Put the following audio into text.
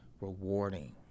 rewarding